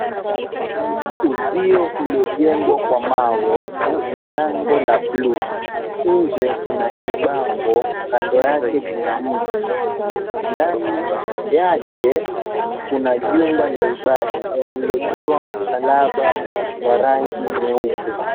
Uzio uliojengwa kwa mawe una lango la buluu. Nje kuna kibango, kando yake kuna mti. Ndani yake kuna jumba la ibada, lililochorwa msalaba wa rangi nyeupe.